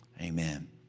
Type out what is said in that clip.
amen